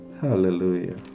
Hallelujah